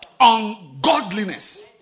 Ungodliness